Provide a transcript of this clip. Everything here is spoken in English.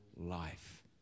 life